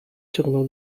ciągnął